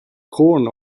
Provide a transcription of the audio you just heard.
corn